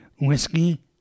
whiskey